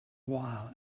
while